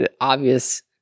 obvious